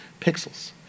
pixels